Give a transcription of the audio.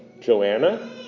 Joanna